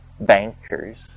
bankers